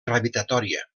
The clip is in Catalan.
gravitatòria